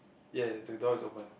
ya ya the door is open